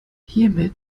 hiermit